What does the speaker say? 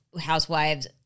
Housewives